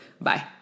Bye